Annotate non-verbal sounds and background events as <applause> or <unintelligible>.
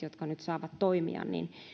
<unintelligible> jotka nyt saavat toimia